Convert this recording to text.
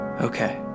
Okay